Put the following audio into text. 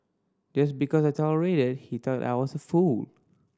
just because I tolerated he thought I was a fool